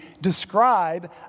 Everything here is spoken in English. describe